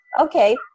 okay